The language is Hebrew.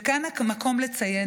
וכאן המקום לציין,